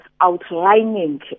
outlining